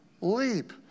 leap